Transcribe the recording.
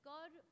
God